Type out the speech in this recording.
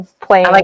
playing